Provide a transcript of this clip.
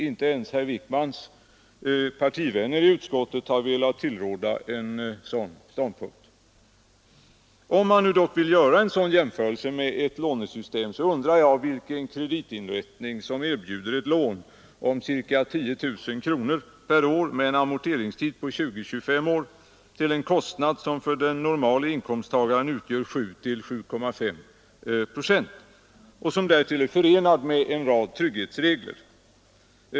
Inte ens herr Wijkmans partivänner i utskottet har velat tillråda en sådan ståndpunkt. Om man nu dock vill göra en jämförelse med ett lånesystem, undrar jag vilken kreditinrättning som erbjuder ett lån om ca 10 000 kronor per år med en amorteringstid på 20—25 år till en kostnad som för den normala inkomsttagaren utgör 7—7,5 procent och som därtill är förenat med en rad trygghetsregler.